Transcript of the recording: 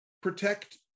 protect